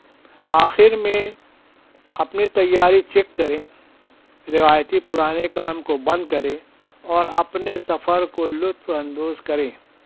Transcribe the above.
آخر میں اپنی تیاری چیک کریں روایتی پُرانے کام کو بند کریں اور اپنے سفر کو لُطف اندوز کریں